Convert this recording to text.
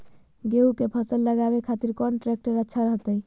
गेहूं के फसल लगावे खातिर कौन ट्रेक्टर अच्छा रहतय?